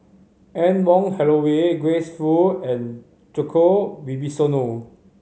Anne Wong Holloway Grace Fu and Djoko Wibisono